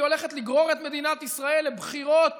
היא הולכת לגרור את מדינת ישראל לבחירות